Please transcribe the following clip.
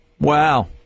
wow